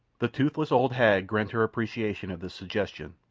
the toothless old hag grinned her appreciation of this suggestion,